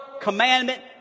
commandment